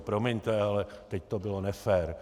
Promiňte, ale teď to bylo nefér.